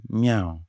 meow